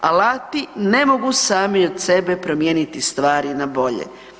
Alati ne mogu sami od sebe promijeniti stvari na bolje.